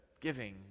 giving